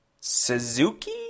Suzuki